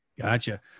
Gotcha